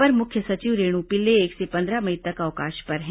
अपर मुख्य सचिव रेणु पिल्ले एक से पंद्रह मई तक अवकाश पर हैं